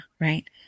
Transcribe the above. right